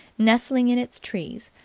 nestling in its trees,